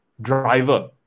driver